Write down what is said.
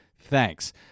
Thanks